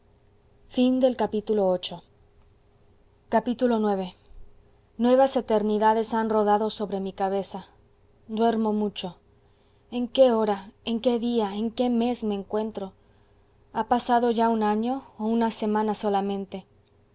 qué perdurable noche cuándo llegará mañana ix nuevas eternidades han rodado sobre mi cabeza duermo mucho en qué hora en qué día en qué mes me encuentro ha pasado ya un año o una semana solamente